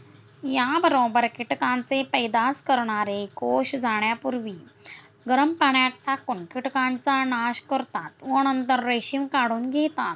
याबरोबर कीटकांचे पैदास करणारे कोष जाण्यापूर्वी गरम पाण्यात टाकून कीटकांचा नाश करतात व नंतर रेशीम काढून घेतात